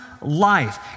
life